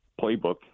playbook